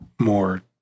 more